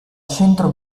centro